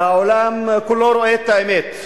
והעולם כולו רואה את האמת.